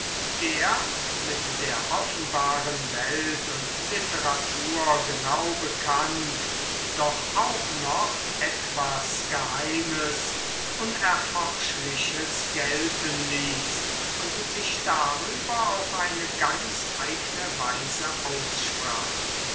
der mit der offenbaren welt und literatur genau bekannt doch auch noch etwas geheimes unerforschliches gelten ließ und sich darüber auf eine ganz eigne weise aussprach